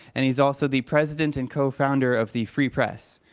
and he's also the president and co-founder of the free press.